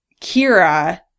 Kira